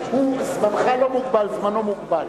זמנך לא מוגבל, זמנו מוגבל.